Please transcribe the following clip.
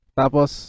tapos